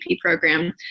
program